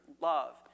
love